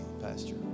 Pastor